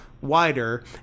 wider